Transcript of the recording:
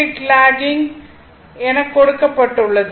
8 லாக்கிங் எனக் கொடுக்கப்பட்டுள்ளது